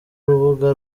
urubuga